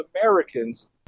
Americans